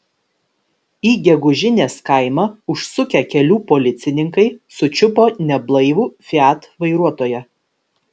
į gegužinės kaimą užsukę kelių policininkai sučiupo neblaivų fiat vairuotoją